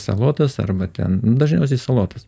salotas arba ten dažniausiai salotas